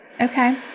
Okay